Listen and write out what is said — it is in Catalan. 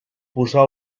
posar